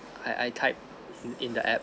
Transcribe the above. I I typed in the app